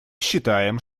считаем